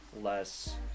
Less